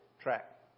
track